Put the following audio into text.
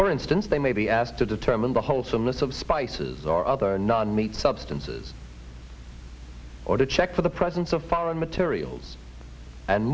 for instance they may be asked to determine the wholesomeness of spices or other non meat substances or to check for the presence of foreign materials and